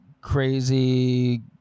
crazy